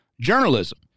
journalism